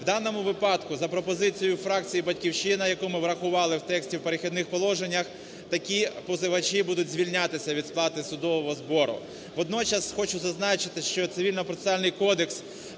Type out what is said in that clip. В даному випадку за пропозицією фракції "Батьківщина", яку ми врахували в тексті в "Перехідних положеннях", такі позивачі будуть звільнятися від сплати судового збору. Водночас хочу зазначити, що Цивільно-процесуальний кодекс